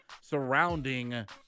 surrounding